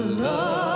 love